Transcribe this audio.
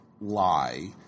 lie